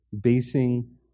basing